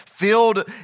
Filled